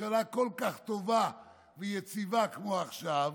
ממשלה כל כך טובה ויציבה כמו עכשיו,